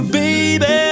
baby